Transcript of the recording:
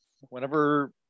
whenever